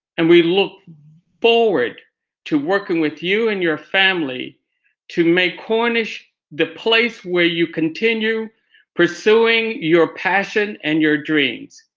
and we look forward to working with you and your family to make cornish the place where you continue pursuing your passion and your dreams.